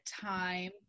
time